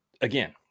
Again